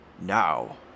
now